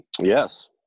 Yes